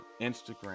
Instagram